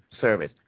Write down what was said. service